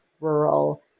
rural